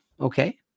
Okay